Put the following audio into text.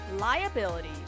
liability